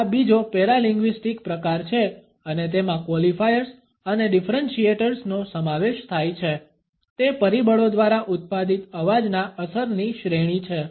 આ બીજો પેરાલિન્ગ્વીસ્ટિક પ્રકાર છે અને તેમાં ક્વોલિફાયર્સ અને ડિફરન્શીએટર્સ નો સમાવેશ થાય છે તે પરિબળો દ્વારા ઉત્પાદિત અવાજના અસરની શ્રેણી છે